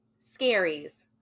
scaries